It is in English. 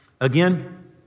Again